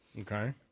Okay